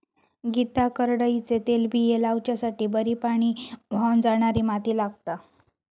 गीता करडईचे तेलबिये लावच्यासाठी बरी पाणी व्हावन जाणारी माती लागता